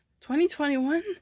2021